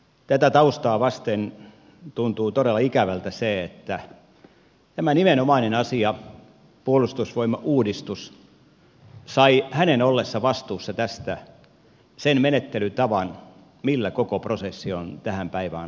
tätä taustaa vasten tuntuu todella ikävältä se että tämä nimenomainen asia puolustusvoimauudistus sai hänen ollessaan vastuussa tästä sen menettelytavan millä koko prosessi on tähän päivään asti tuotu